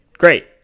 great